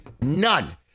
none